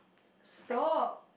stop